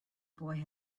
boy